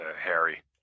Harry